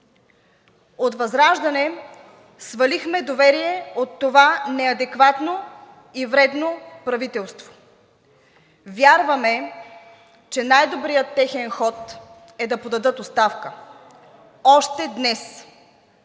От ВЪЗРАЖДАНЕ свалихме доверие от това неадекватно и вредно правителство. Вярваме, че най-добрият техен ход е да подадат оставка още днес,